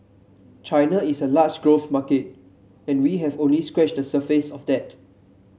China is a large growth market and we have only scratched the surface of that